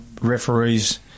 referees